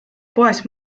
poes